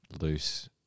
loose